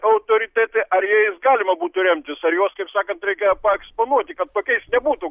autoritetai ar jais galima būtų remtis ar juos kaip sakant reikia paeksponuoti kad tokiais nebūtų